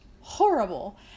horrible